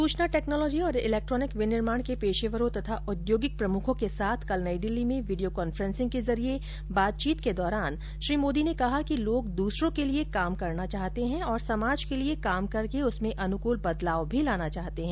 सूचना टेक्नॉलोजी और इलेक्ट्रॉनिक विनिर्माण के पेशेवरों तथा औद्योगिक प्रमुखों के साथ कल नई दिल्ली में वींडियो कांफ्रेंसिंग के जरिए बातचीत के दौरान श्री मोदी ने कहा कि लोग दूसरों के लिए कार्य करना चाहते हैं और समाज के लिए कार्य करके उसमें अनुकूल बदलाव भी लाना चाहते हैं